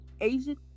Asian